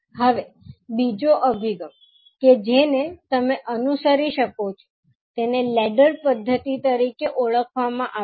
હવે બીજો અભિગમ કે જેને તમે અનુસરી શકો છો તેને લેડર પદ્ધતિ તરીકે ઓળખવામાં આવે છે